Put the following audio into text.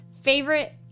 Favorite